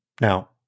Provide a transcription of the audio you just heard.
Now